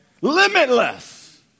Limitless